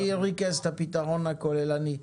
ריכז את הפתרון הכוללני?